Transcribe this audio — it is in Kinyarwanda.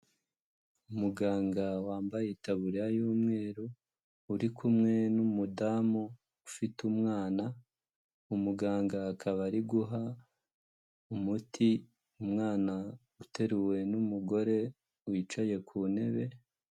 Umuganga wambaye itaburiya y'umweru uri kumwe n'umudamu ufite umwana, umuganga akaba ari guha umuti umwana uteruwe n'umugore wicaye ku ntebe.